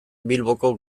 bilboko